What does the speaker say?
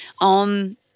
on